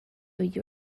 you